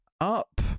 up